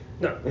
No